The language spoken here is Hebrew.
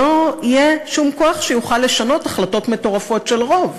לא יהיה שום כוח שיוכל לשנות החלטות מטורפות של רוב.